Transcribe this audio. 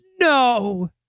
No